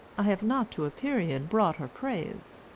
i have not to a period brought her praise.